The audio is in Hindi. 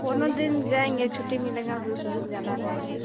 कोनो दिन जाएँगे छुट्टी मिलेगा तो उसी दिन जला जाएँगे